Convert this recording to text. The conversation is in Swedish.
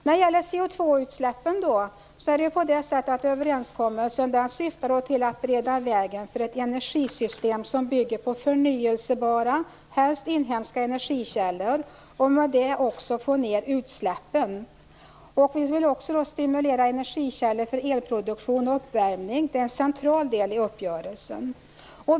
Beträffande CO2-utsläppen syftar överenskommelsen till att bereda vägen för ett energisystem som bygger på förnybara, helst inhemska, energikällor, så att man därmed också får ned utsläppen. Vi vill också stimulera energikällor för elproduktion och uppvärmning. Det är en central del i uppgörelsen.